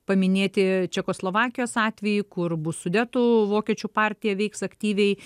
paminėti čekoslovakijos atvejį kur bus sudetų vokiečių partija veiks aktyviai